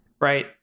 right